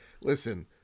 listen